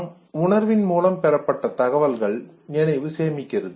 நம் உணர்வின் மூலம் பெறப்பட்ட தகவல்கள் நினைவு சேமிக்கிறது